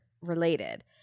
related